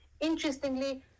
interestingly